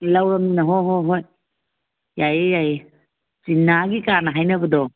ꯂꯧꯔꯝꯅꯤꯅ ꯍꯣꯏ ꯍꯣꯏ ꯍꯣꯏ ꯌꯥꯏꯌꯦ ꯌꯥꯏꯌꯦ ꯆꯤꯅꯥꯒꯤꯀꯥꯏꯅ ꯍꯥꯏꯅꯕꯗꯣ